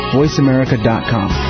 voiceamerica.com